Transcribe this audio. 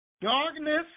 darkness